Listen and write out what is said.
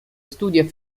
studia